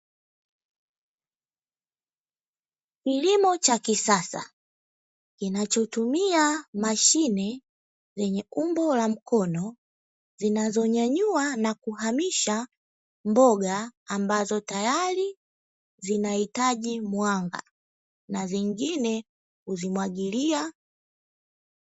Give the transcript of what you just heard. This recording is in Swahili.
Kilimo cha kisasa zenye kinachotumia mashine, zenye umbo la mkono, zinazonyanyua na kuhamisha mboga ambazo tayari zinahitaji mwanga na zingine huzimwagilia.